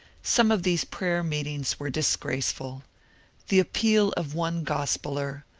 some of these prayer-meetings were disgraceful the appeal of one gospeller,